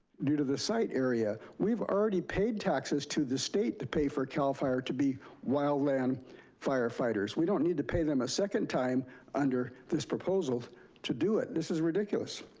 due to the site area, we've already paid taxes to the state to pay for cal fire to be wildland firefighters. we don't need to pay them a second time under this proposal to do it. this is ridiculous.